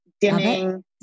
dimming